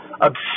obsessed